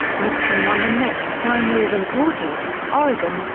nixon won the next primary of importance, oregon,